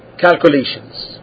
Calculations